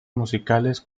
musicales